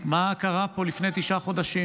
מה קרה פה לפני תשעה חודשים,